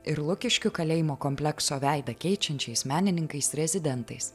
ir lukiškių kalėjimo komplekso veidą keičiančiais menininkais rezidentais